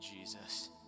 Jesus